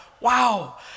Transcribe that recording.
wow